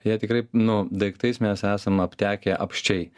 jie tikrai nu daiktais mes esam aptekę apsčiai